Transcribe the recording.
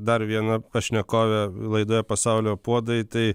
dar viena pašnekovė laidoje pasaulio puodai tai